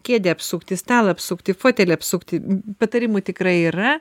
kėdę apsukti stalą apsukti fotelį apsukti patarimų tikrai yra